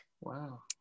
Wow